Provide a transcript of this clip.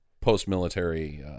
post-military